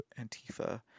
Antifa